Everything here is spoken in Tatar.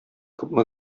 күпме